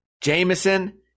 Jameson